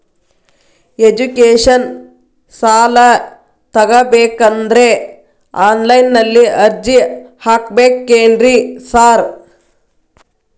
Education ಸಾಲ ತಗಬೇಕಂದ್ರೆ online ನಲ್ಲಿ ಅರ್ಜಿ ಹಾಕ್ಬೇಕೇನ್ರಿ ಸಾರ್?